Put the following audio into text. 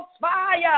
fire